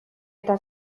eta